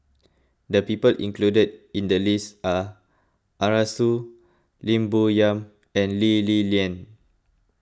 the people included in the list are Arasu Lim Bo Yam and Lee Li Lian